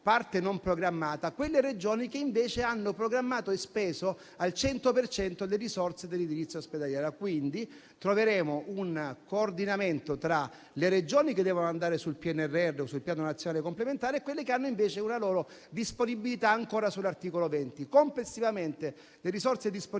parte non programmata, quelle Regioni che invece hanno programmato e speso al 100 per cento le risorse dell'edilizia ospedaliera. Quindi, troveremo un coordinamento tra le Regioni che devono andare sul PNRR o sul Piano nazionale complementare e quelle che hanno invece ancora una loro disponibilità sull'articolo 20. Complessivamente, le risorse disponibili